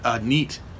neat